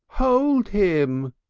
hold him!